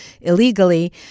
illegally